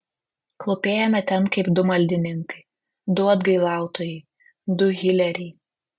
klūpėjome ten kaip du maldininkai du atgailautojai du hileriai